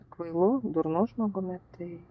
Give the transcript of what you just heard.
kvailu durnu žmogumi tai